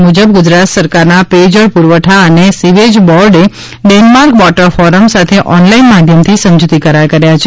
સુત્રોના જણાવ્યા મુજબ ગુજરાત સરકારના પેયજળ પુરવઠા અને સીવેજ બોર્ડે ડેનમાર્ક વોટર ફોરમ સાથે ઓનલાઇન માધ્યમથી સમજુતી કરાર કર્યા છે